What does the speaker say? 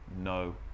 no